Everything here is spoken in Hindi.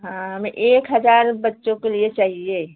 हाँ हमें एक हजार बच्चों के लिए चाहिए